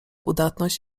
udatność